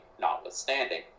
notwithstanding